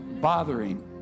bothering